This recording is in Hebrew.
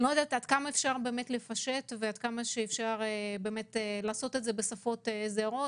אני לא יודעת עד כמה אפשר לפשט אותם או לכתוב אותם בשפות זרות,